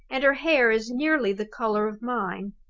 and her hair is nearly the color of mine.